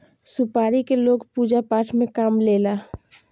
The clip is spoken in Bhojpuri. सुपारी के लोग पूजा पाठ में काम लेला